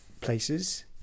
places